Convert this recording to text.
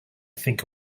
think